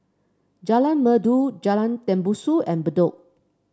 Jalan Merdu Jalan Tembusu and Bedok